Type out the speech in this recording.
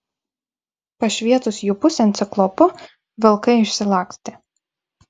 pašvietus jų pusėn ciklopu vilkai išsilakstė